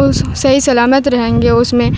اس صحیح سلامت رہیں گے اس میں